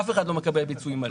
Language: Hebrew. אף אחד לא מקבל פיצוי מלא.